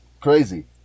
crazy